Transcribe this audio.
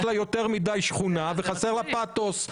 יש לה יותר מדי שכונה וחסר לה פאתוס.